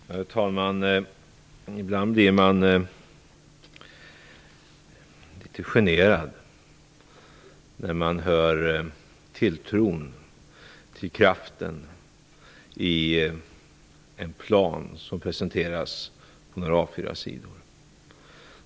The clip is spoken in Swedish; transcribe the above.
Herr talman! Ibland blir man litet generad när man hör tilltron till kraften i en plan som presenteras på några A4-sidor.